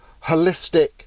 holistic